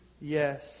Yes